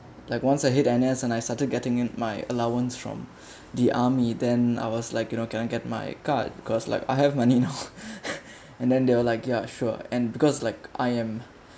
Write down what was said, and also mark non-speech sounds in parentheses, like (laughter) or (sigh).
like once I had N_S and I started getting in my allowance from the army then I was like you know can I get my card cause like I have money now (laughs) and then they are like ya sure and because like I am